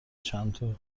چندتا